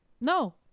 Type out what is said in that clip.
no